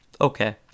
Okay